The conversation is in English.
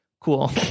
cool